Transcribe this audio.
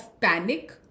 panic